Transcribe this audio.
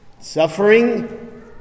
suffering